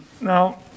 Now